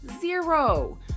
zero